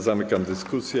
Zamykam dyskusję.